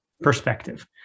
perspective